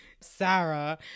Sarah